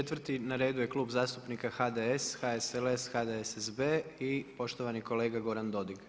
Četvrti na redu je klub zastupnika HDS, HSLS, HDSSB i poštovani kolega Goran Dodig.